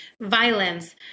violence